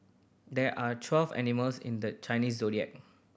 there are twelve animals in the Chinese Zodiac